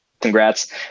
Congrats